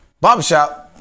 Barbershop